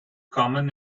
common